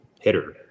hitter